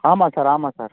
ஆமாம் சார் ஆமாம் சார்